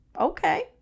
okay